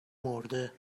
مرده